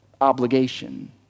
obligation